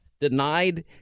denied